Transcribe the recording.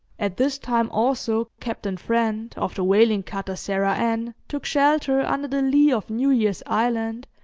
at this time also captain friend, of the whaling cutter sarah ann, took shelter under the lee of new year's island,